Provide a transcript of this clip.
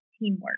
teamwork